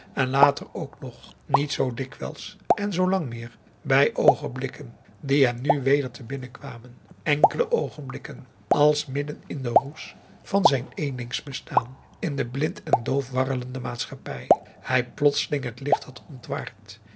en later ook nog niet zoo dikwijls en zoo lang meer bij oogenblikken die hem nu weder te binnen kwamen enkele oogenblikken als midden in den roes van zijn eenlings bestaan in de blind en doof warrelende maatschappij hij plotseling het licht had ontwaard